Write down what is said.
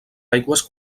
aigües